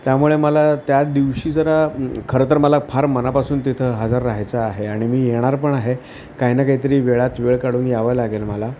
त्यामुळे मला त्या दिवशी जरा खरं तर मला फार मनापासून तिथं हजर राहायचं आहे आणि मी येणार पण आहे काही ना काहीतरी वेळात वेळ काढून यावं लागेल मला